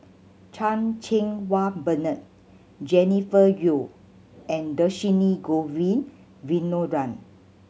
Chan Cheng Wah Bernard Jennifer Yeo and Dhershini Govin Winodan